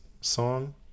song